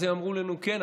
אז הם אמרו: כן,